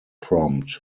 prompt